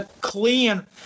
clean